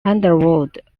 underworld